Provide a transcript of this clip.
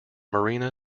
marina